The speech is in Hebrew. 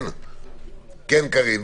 כן, קארין.